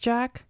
Jack